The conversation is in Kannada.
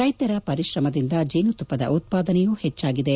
ರೈತರ ಪರಿಶ್ರಮದಿಂದ ಜೇನುತುಪ್ಪದ ಉತ್ಪಾದನೆಯೂ ಹೆಚ್ಚಾಗಿದೆ